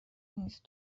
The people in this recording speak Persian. نیست